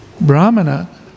Brahmana